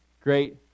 great